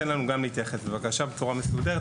תן לנו גם להתייחס בבקשה בצורה מסודרת,